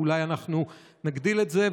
ואולי אנחנו נגדיל את זה,